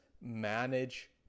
manage